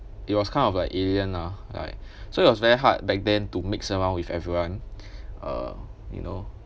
it was kind of like alien lah right so it was very hard back then to mix around with everyone uh you know